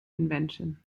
invention